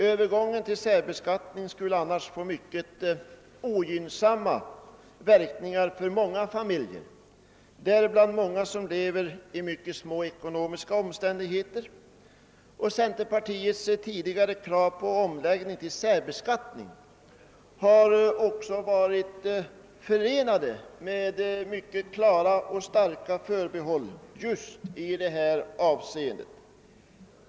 Övergången till särbeskattning skulle annars få mycket ogynnsamma verkningar för många fa miljer, bland dem många som lever i mycket små ekonomiska omständigheter. Centerpartiets tidigare krav på omläggning till särbeskattning har också varit förenade med mycket klara och starka förbehåll just i detta avseende.